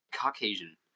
Caucasian